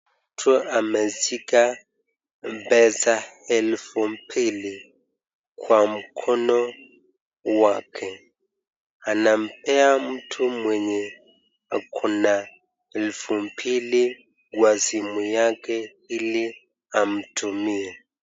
Mtu ameshika pesa elfu mbili kwa mkono wake anampea mtu mwenye ako na elfu mbili kwa simu yake ili amtumie.